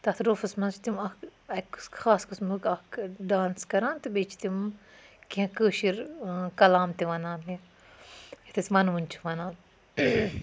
تَتھ روٚفَس مَنٛز چھِ تِم اکھ أکس خاص قٕسمُک اکھ ڈانس کَران بیٚیہِ چھِ تِم کینٛہہ کٲشِر کَلام تہِ وَنان یَتھ أسۍ وَنوُن چھِ وَنان